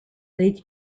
leeds